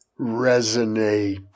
Resonate